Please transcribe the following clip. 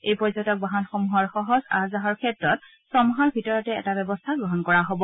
এই পৰ্যটক বাহনসমূহৰ সহজ আহ যাহৰ ক্ষেত্ৰত ছমাহৰ ভিতৰতে এটা ব্যৱস্থা গ্ৰহণ কৰা হ'ব